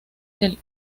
del